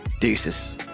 Deuces